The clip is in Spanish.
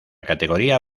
categoría